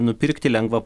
nupirkti lengva